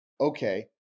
okay